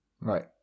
Right